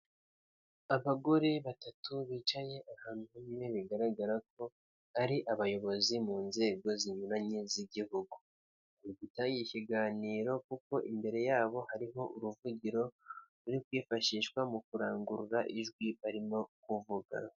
Abagore batatu bicaye ahantu hamwe bigaragara ko ari abayobozi mu nzego zinyuranye z'igihugu, bagiye gutangira ikiganiro kuko imbere yabo hariho uruvugiro ruri kwifashishwa mu kurangurura ijwi barimo kuvuga.